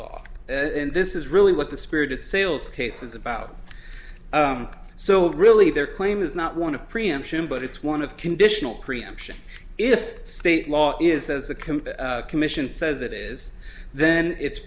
law and this is really what the spirit sales case is about so really their claim is not one of preemption but it's one of conditional preemption if state law is as a complete commission says it is then it's